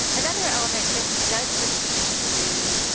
another element just does pertain to,